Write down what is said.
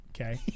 okay